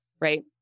right